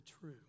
true